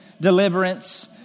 deliverance